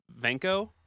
Venko